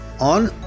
on